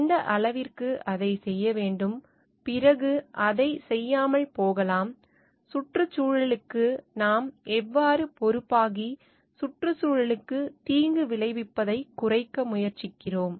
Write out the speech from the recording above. எந்த அளவிற்கு அதைச் செய்ய வேண்டும் பிறகு அதைச் செய்யாமல் போகலாம் சுற்றுச்சூழலுக்கு நாம் எவ்வாறு பொறுப்பாகி சுற்றுச்சூழலுக்கு தீங்கு விளைவிப்பதைக் குறைக்க முயற்சிக்கிறோம்